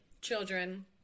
children